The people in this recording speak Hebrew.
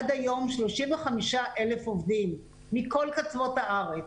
עד היום 35,000 עובדים מכל קצוות הארץ.